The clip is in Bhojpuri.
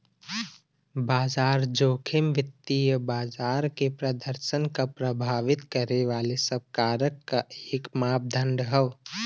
बाजार जोखिम वित्तीय बाजार के प्रदर्शन क प्रभावित करे वाले सब कारक क एक मापदण्ड हौ